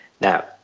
Now